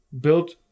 built